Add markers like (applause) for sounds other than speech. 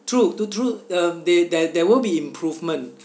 true to true um they there there will be improvement (breath)